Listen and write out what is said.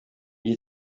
gihe